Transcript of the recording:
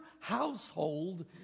household